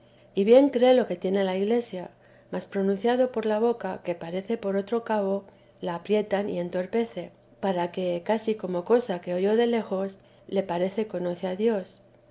que bien cree lo que tiene la iglesia mas pronunciado por la boca que parece por otro cabo la aprietan y entorpecen para que casi como cosa que oyó de lejos le parece teresa de jesús que conoce a dios